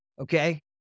okay